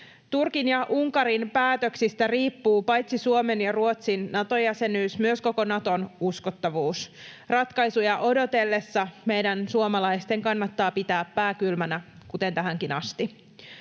Turkin ja Unkarin päätöksistä riippuu paitsi Suomen ja Ruotsin Nato-jäsenyys myös koko Naton uskottavuus. Ratkaisuja odotellessa meidän suomalaisten kannattaa pitää pää kylmänä, kuten tähänkin asti.